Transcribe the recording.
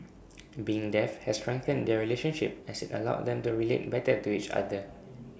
being deaf has strengthened their relationship as IT allowed them to relate better to each other